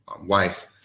wife